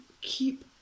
keep